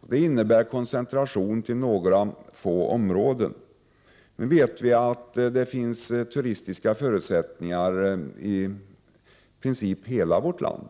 Det innebär koncentration till några få områden. Vi vet att det finns turistiska förutsättningar i princip i hela vårt land.